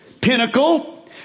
pinnacle